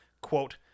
quote